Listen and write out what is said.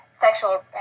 sexual